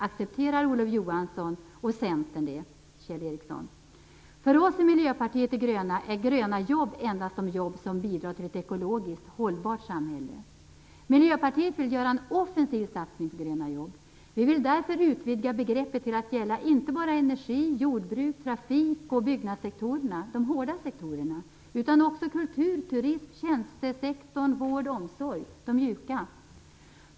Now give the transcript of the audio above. Accepterar Olof Johansson och För oss i Miljöpartiet de gröna är gröna jobb endast de jobb som bidrar till ett ekologiskt hållbart samhälle. Miljöpartiet vill göra en offensiv satsning på gröna jobb. Vi vill därför utvidga begreppet till att gälla inte bara energi-, jordbruks-, trafik och byggnadssektorerna - de hårda sektorerna - utan också kultur, turism, tjänstesektorn, vård och omsorg - de mjuka sektorerna.